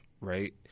Right